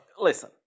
Listen